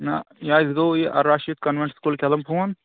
نہ یہِ اَسہِ گوٚو یہِ کُلۍ کھٮ۪لم فون